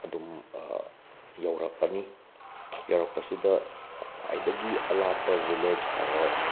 ꯑꯗꯨꯝ ꯌꯧꯔꯛꯑꯅꯤ ꯌꯧꯔꯛꯄꯁꯤꯗ ꯈ꯭ꯋꯥꯏꯗꯒꯤ ꯑꯂꯥꯞꯄ ꯚꯤꯂꯦꯖ ꯍꯥꯏꯔꯣ